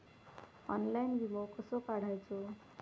Online विमो कसो काढायचो?